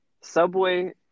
Subway